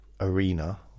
arena